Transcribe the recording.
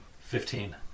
Fifteen